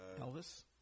Elvis